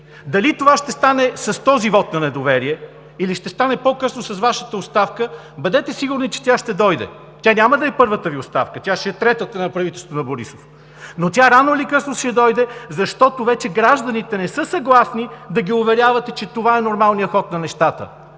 Дали това ще стане с този вот на недоверие или по-късно с Вашата оставка, бъдете сигурни, че тя ще дойде. Това няма да е първата Ви оставка, защото тя ще е третата за правителството на Борисов. Но тя, рано или късно, ще дойде, защото вече гражданите не са съгласни да ги уверявате, че това е нормалният ход на нещата,